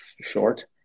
short